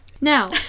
Now